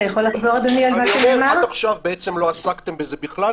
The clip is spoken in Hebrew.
אני אומר שעד עכשיו לא עסקתם בזה בכלל,